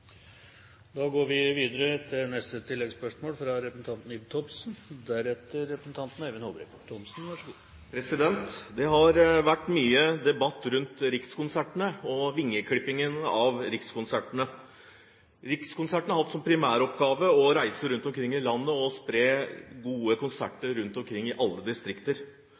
Ib Thomsen – til oppfølgingsspørsmål. Det har vært mye debatt om Rikskonsertene og vingeklippingen av Rikskonsertene. Rikskonsertene har hatt som primæroppgave å reise rundt omkring i landet og spre gode konserter i alle distrikter.